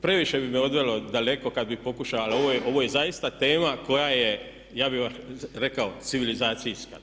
Previše bi me odvelo daleko kad bi pokušao, ali ovo je zaista tema koja je, ja bi vam rekao civilizacijska.